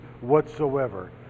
whatsoever